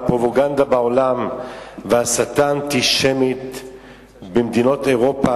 שהפרופגנדה בעולם וההסתה האנטישמית במדינות אירופה,